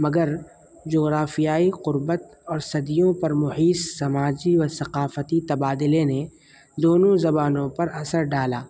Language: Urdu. مگر جغرافیائی قربت اور صدیوں پر محیط سماجی و ثقافتی تبادلے نے دونوں زبانوں پر اثر ڈالا